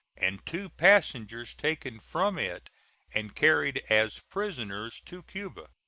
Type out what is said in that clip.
and two passengers taken from it and carried as prisoners to cuba.